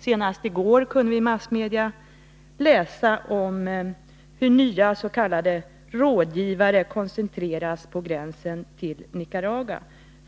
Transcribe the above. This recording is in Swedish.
Senast i går kunde vi i massmedia läsa om hur nya s.k. rådgivare koncentreras till områdena vid gränsen till Nicaragua.